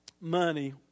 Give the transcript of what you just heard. money